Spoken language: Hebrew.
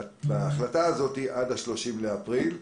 בהחלטה הזאת עד ל-30 באפריל,